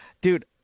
dude